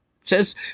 says